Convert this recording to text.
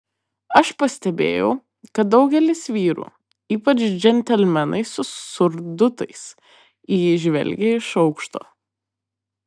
aš pastebėjau kad daugelis vyrų ypač džentelmenai su surdutais į jį žvelgė iš aukšto